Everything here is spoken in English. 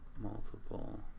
multiple